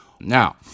Now